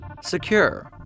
Secure